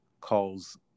calls